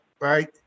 right